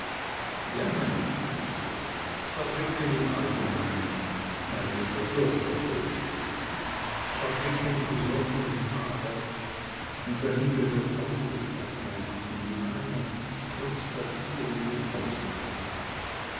ja meine gnädigste fabriken im allgemeinen neigen der bürgerkrone zu fabriken im besonderen aber und dahin gehört ausgesprochenermaßen die meine konstatieren den ausnahmefall